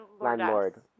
Landlord